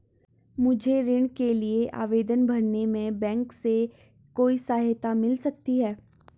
मुझे ऋण के लिए आवेदन भरने में बैंक से कोई सहायता मिल सकती है?